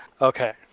Okay